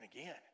again